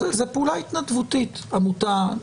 זו פעולה התנדבותית, עמותה.